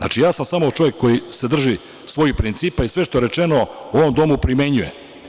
Ja sam samo čovek koji se drži svojih principa i sve što je rečeno u ovom domu primenjuje.